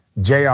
JR